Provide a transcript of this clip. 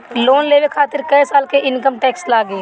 Loan लेवे खातिर कै साल के इनकम टैक्स लागी?